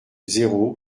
zéro